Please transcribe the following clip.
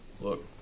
look